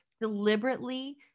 deliberately